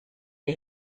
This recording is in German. die